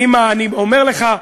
אני אומר לך,